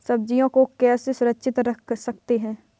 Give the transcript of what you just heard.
सब्जियों को कैसे सुरक्षित रख सकते हैं?